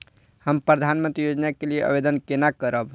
हम प्रधानमंत्री योजना के लिये आवेदन केना करब?